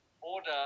Order